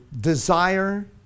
Desire